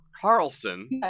Carlson